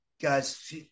guys